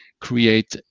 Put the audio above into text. create